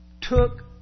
took